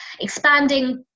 expanding